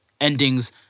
endings